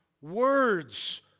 words